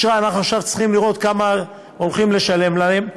אנחנו עכשיו צריכים לראות כמה הולכים לשלם להם.